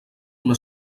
una